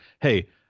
hey